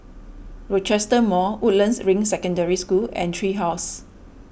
Rochester Mall Woodlands Ring Secondary School and Tree House